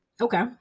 Okay